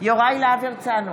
יוראי להב הרצנו,